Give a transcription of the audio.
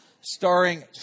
Starring